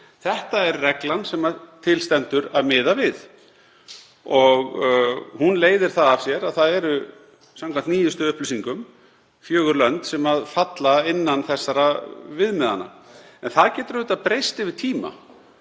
Þetta er reglan sem til stendur að miða við og hún leiðir það af sér að það eru, samkvæmt nýjustu upplýsingum, fjögur lönd sem falla innan þessara viðmiða. En það getur auðvitað breyst yfir tíma.